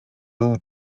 due